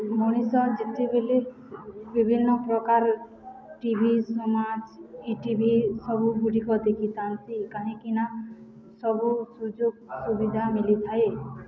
ମଣିଷ ଯେତେବେଳେ ବିଭିନ୍ନ ପ୍ରକାର ଟି ଭି ସମାଜ ଇ ଟି ଭି ସବୁ ଗୁଡ଼ିକ ଦେଖିଥାନ୍ତି କାହିଁକିନା ସବୁ ସୁଯୋଗ ସୁବିଧା ମିଳିଥାଏ